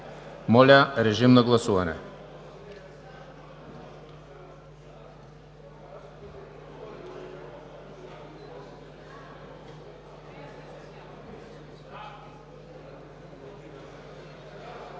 Моля, режим на гласуване.